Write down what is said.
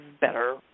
better